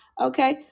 Okay